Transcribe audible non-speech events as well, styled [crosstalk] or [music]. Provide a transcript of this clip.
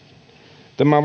tämä [unintelligible]